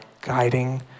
guiding